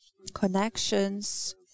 connections